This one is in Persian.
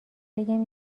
بگم